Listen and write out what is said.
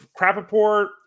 Crappaport